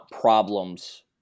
problems